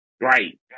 Right